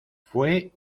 fue